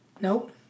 nope